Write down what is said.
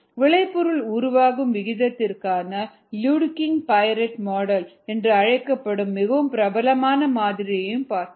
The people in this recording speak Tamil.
விளைபொருள் உருவாகும் விகிதத்திற்கான லுடெக்கிங் பைரட் மாதிரி என்று அழைக்கப்படும் மிகவும் பிரபலமான மாதிரியைப் பார்த்தோம்